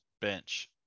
bench